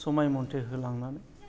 समाय मथै होलांनानै